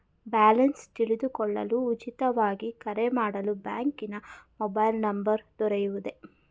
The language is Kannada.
ಬ್ಯಾಲೆನ್ಸ್ ತಿಳಿದುಕೊಳ್ಳಲು ಉಚಿತವಾಗಿ ಕರೆ ಮಾಡಲು ಬ್ಯಾಂಕಿನ ಮೊಬೈಲ್ ನಂಬರ್ ದೊರೆಯುವುದೇ?